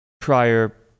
prior